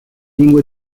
lingue